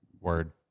Word